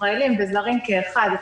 ישראלים וזרים כאחד,